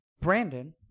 Brandon